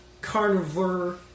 Carnivore